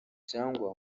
cyangwa